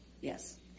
yes